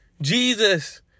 Jesus